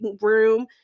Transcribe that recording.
room